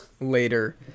later